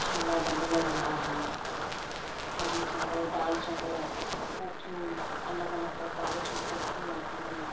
छोला ढबल आहे कढ़ी चांवर दाल चांवर कोकियूं अलॻि अलॻि प्रकार जूं कोकियूं आहिनि